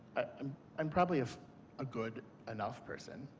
um i'm probably a good enough person.